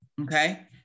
okay